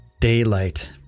daylight